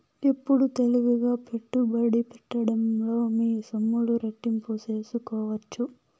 ఎప్పుడు తెలివిగా పెట్టుబడి పెట్టడంలో మీ సొమ్ములు రెట్టింపు సేసుకోవచ్చు